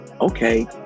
okay